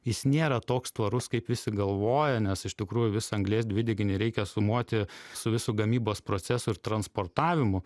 jis nėra toks tvarus kaip visi galvoja nes iš tikrųjų visą anglies dvideginį reikia sumuoti su visu gamybos procesu ir transportavimu